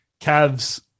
Cavs